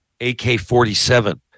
AK-47